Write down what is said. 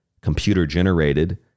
computer-generated